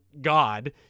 God